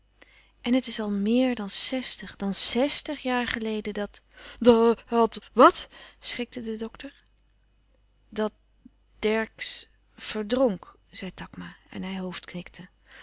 en het is al méer dan zestig dan zestig jaar geleden dat da àt wàt schrikte de dokter dat dercksz verdrnk zei takma en hij